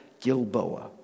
Gilboa